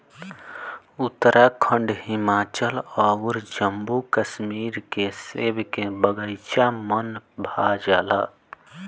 उत्तराखंड, हिमाचल अउर जम्मू कश्मीर के सेब के बगाइचा मन भा जाला